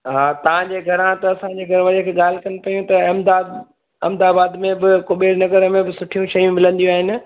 हा तव्हांजे घरां त असांजे घर वारी ॻाल्हि कनि पियूं अहमदा अहमदाबाद में ॿ कुबेर नगर में बि सुठियूं शयूं मिलंदियूं आहिनि